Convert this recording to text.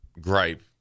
gripe